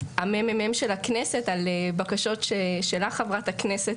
הממ"מ של הכנסת על בקשות שלך, חברת הכנסת.